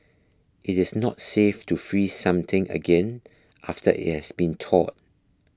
it is not safe to freeze something again after it has been thawed